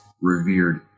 revered